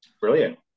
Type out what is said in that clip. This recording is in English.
brilliant